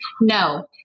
No